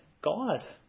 God